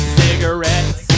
cigarettes